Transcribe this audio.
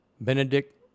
Benedict